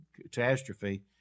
catastrophe